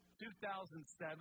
2007